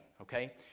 okay